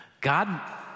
God